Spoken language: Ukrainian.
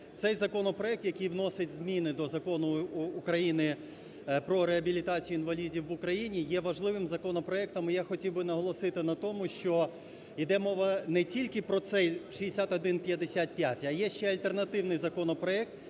Цей законопроект, який вносить зміни до Закону України "Про реабілітацію інвалідів в Україні", є важливим законопроектом, і я хотів би наголосити на тому, що йде мова не тільки про цей, 6155, а є ще альтернативний законопроект,